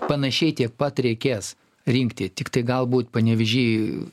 panašiai tiek pat reikės rinkti tiktai galbūt panevėžy